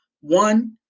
one